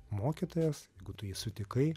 mokytojas jeigu tu jį sutikai